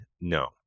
No